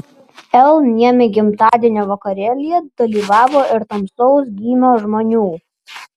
l niemi gimtadienio vakarėlyje dalyvavo ir tamsaus gymio žmonių